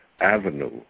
avenue